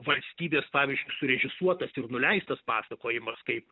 valstybės pavyzdžiui surežisuotas ir nuleistas pasakojimas kaip